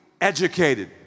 educated